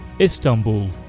Istanbul